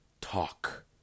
TALK